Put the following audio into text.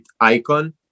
Icon